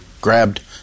grabbed